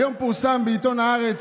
היום פורסם בעיתון הארץ,